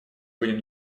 будем